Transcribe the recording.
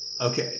Okay